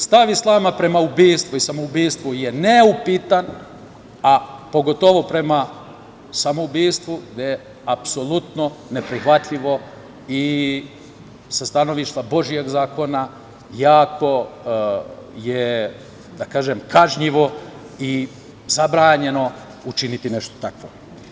Stav Islama prema ubistvu ili samoubistvu je neupitan, a pogotovo prema samoubistvu, gde je apsolutno neprihvatljivo i sa stanovišta božjeg zakona, jako je, da kažem, kažnjivo i zabranjeno učiniti nešto takvo.